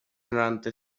noranta